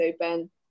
Open